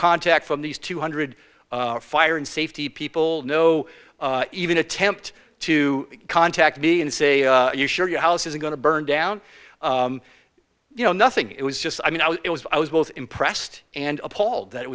contact from these two hundred fire and safety people no even attempt to contact me and say you share your house isn't going to burn down you know nothing it was just i mean it was i was both impressed and appalled that it